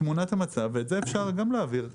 תמונת המצב היא שונה, ואתה זה אפשר להעביר לאדני.